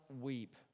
weep